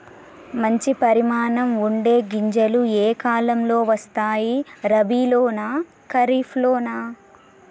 మంచి పరిమాణం ఉండే గింజలు ఏ కాలం లో వస్తాయి? రబీ లోనా? ఖరీఫ్ లోనా?